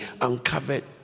uncovered